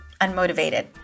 unmotivated